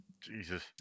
Jesus